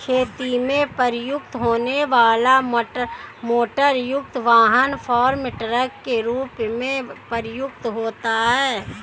खेती में प्रयुक्त होने वाला मोटरयुक्त वाहन फार्म ट्रक के रूप में प्रयुक्त होता है